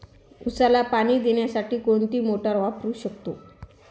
उसाला पाणी देण्यासाठी कोणती मोटार वापरू शकतो?